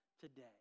today